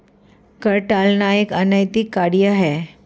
कर टालना एक अनैतिक कार्य है